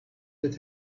that